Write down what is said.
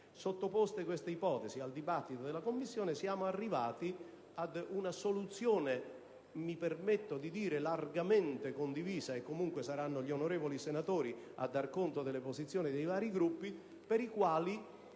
Sottoposte queste ipotesi al dibattito della Commissione, siamo arrivati ad una soluzione che mi permetto di definire largamente condivisa. Comunque, saranno gli onorevoli senatori a dare conto delle posizioni dei vari Gruppi. Il risultato